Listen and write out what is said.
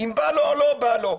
אם בא לו או לא בא לו,